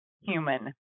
human